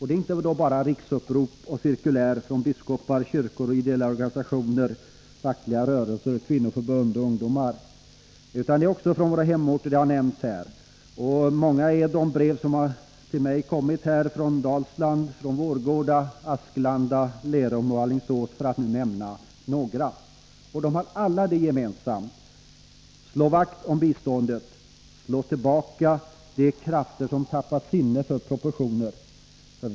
Det är inte bara i riksupprop och i cirkulär från biskopar, kyrkor, ideella organisationer, fackliga rörelser, kvinnoförbund och ungdomar som detta kommer, utan det är också från våra hemorter. Många är de brev som har kommit till mig från Dalsland, Vårgårda, Asklanda, Lerum och Alingsås, för att nämna några. De har alla ett gemensamt: Slå vakt om biståndet, slå tillbaka de krafter som tappat sinnet för proportioner.